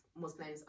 Muslims